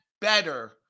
better